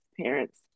parents